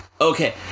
Okay